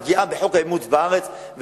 פגיעה בחוק האימוץ בארץ,